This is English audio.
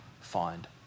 find